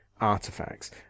artifacts